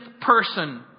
person